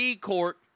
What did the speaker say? court